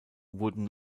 wurden